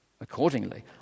Accordingly